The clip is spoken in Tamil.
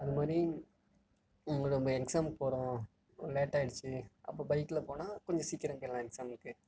அது மாதிரி நம்ம எக்ஸாமுக்கு போகிறோம் லேட் ஆகிடுச்சு அப்போ பைக்கில் போனால் கொஞ்சம் சீக்கிரம் போயிடலாம் எக்ஸாமுக்கு